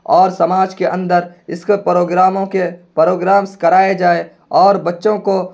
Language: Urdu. اور سماج کے اندر اس کے پروگراموں کے پروگرامس کرائے جائیں اور بچوں کو